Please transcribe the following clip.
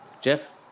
Jeff